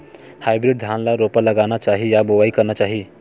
Hybrid धान ल रोपा लगाना चाही या बोआई करना चाही?